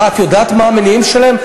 מה, את יודעת מה המניעים שלהם?